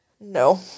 no